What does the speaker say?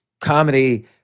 comedy